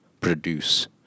produce